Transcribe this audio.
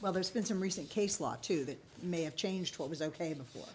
well there's been some recent case law too that may have changed what was ok before